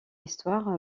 histoire